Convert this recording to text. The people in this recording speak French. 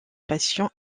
patients